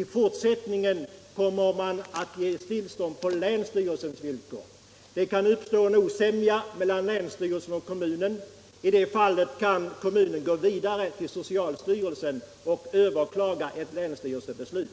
I fortsättningen kommer de att ge tillstånd på länsstyrelsens villkor. Det kan uppstå osämja mellan länsstyrelsen och kommunen. I de fallen kan kommunen gå vidare till socialstyrelsen och överklaga ett länsstyrelsebeslut.